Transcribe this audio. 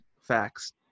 Facts